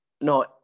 no